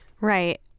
right